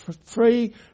free